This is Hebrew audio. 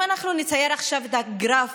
אם אנחנו נצייר עכשיו את הגרף